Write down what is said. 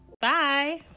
Bye